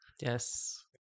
Yes